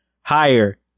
higher